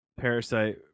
Parasite